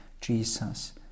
Jesus